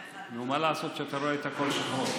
נו, מה לעשות שאתה רואה את הכול שחור?